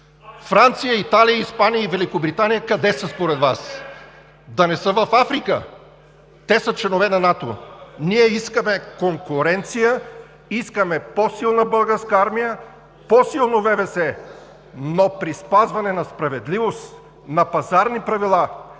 Франция, Италия, Испания и Великобритания къде са според Вас? Да не са в Африка? (Реплики от ГЕРБ). Те са членове на НАТО. Ние искаме конкуренция, искаме по-силна Българска армия, по-силно ВВС, но при спазване на справедливост, на пазарни правила,